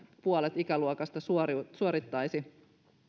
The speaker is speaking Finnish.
puolet ikäluokasta suorittaisi suorittaisi